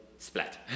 Splat